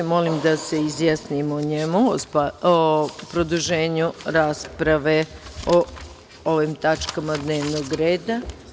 Molim vas da se izjasnimo o produženju rasprave o ovim tačkama dnevnog reda.